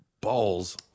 balls